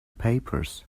papers